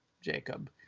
jacob